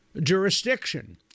jurisdiction